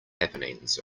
happenings